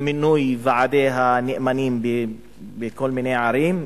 עם מינוי ועדי הנאמנים בכל מיני ערים,